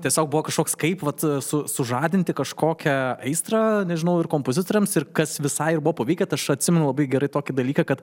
tiesiog buvo kažkoks kaip vat su sužadinti kažkokią aistrą nežinau ir kompozitoriams ir kas visai ir buvo pavykę tai aš atsimenu labai gerai tokį dalyką kad